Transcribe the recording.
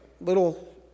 little